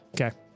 Okay